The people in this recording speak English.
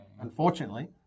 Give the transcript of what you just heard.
Unfortunately